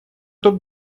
тут